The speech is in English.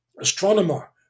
astronomer